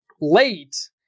late